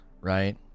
right